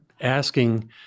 asking